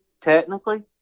technically